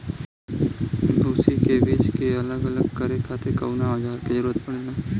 भूसी से बीज के अलग करे खातिर कउना औजार क जरूरत पड़ेला?